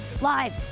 live